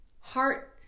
heart